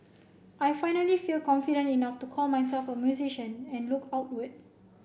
I finally feel confident enough to call myself a musician and look outward